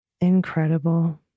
Incredible